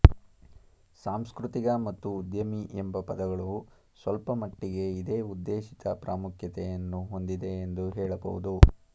ಸಾಂಸ್ಕೃತಿಕ ಮತ್ತು ಉದ್ಯಮಿ ಎಂಬ ಪದಗಳು ಸ್ವಲ್ಪಮಟ್ಟಿಗೆ ಇದೇ ಉದ್ದೇಶಿತ ಪ್ರಾಮುಖ್ಯತೆಯನ್ನು ಹೊಂದಿದೆ ಎಂದು ಹೇಳಬಹುದು